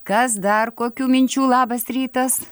kas dar kokių minčių labas rytas